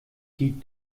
die